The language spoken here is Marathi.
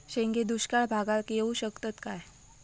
शेंगे दुष्काळ भागाक येऊ शकतत काय?